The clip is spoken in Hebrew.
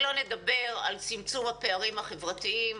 שלא לדבר על צמצום הפערים החברתיים.